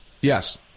Yes